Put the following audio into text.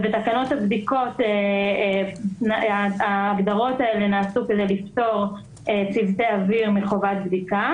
ובתקנות הבדיקות ההגדרות האלה נעשו כדי לפטור צוותי אוויר מחובת בדיקה,